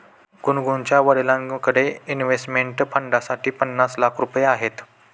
गुनगुनच्या वडिलांकडे इन्व्हेस्टमेंट फंडसाठी पन्नास लाख रुपये आहेत